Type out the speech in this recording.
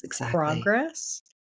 progress